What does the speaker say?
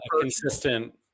consistent